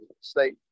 State